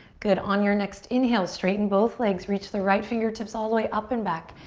good, on your next inhale, straighten both legs. reach the right fingertips all the way up and back.